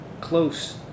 close